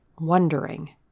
wondering